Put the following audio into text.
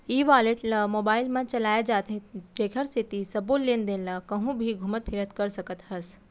ई wallet ल mobile म चलाए जाथे जेकर सेती सबो लेन देन ल कहूँ भी घुमत फिरत कर सकत हस